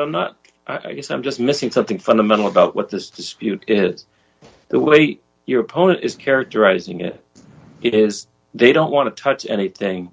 i'm not i guess i'm just missing something fundamental about what this dispute is the way your opponent is characterizing it it is they don't want to touch anything